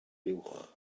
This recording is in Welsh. buwch